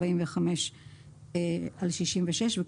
(66)245.Mepc.